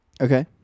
Okay